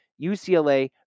UCLA